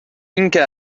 اینکه